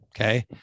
Okay